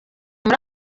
muri